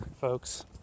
folks